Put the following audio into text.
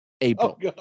April